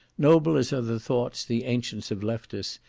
noble as are the thoughts the ancients have left us,